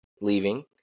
leaving